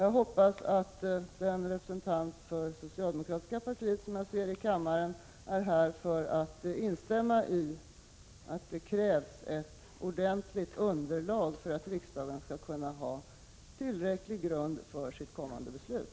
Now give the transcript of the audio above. Jag hoppas att den representant för det socialdemokratiska partiet som jag ser i kammaren är här för att instämma i att det krävs ett ordentligt underlag för att riksdagen skall ha tillräcklig grund för sitt kommande beslut.